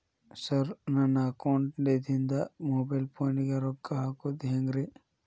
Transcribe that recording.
Sir ನನ್ನ ಅಕೌಂಟದಿಂದ mobile ಫೋನಿಗೆ ರೊಕ್ಕ ಹಾಕೋದು ಹೆಂಗ್ರಿ?